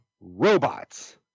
robots